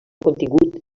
contingut